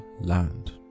land